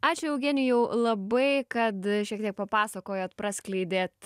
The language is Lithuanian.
ačiū eugenijau labai kad šiek tiek papasakojot praskleidėt